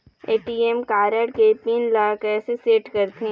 ATM card के PIN ला कैसे सेट करथे?